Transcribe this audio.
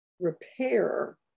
repair